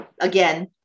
Again